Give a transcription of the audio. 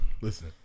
listen